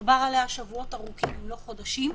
דובר עליה שבועות ארוכים אם לא חודשים,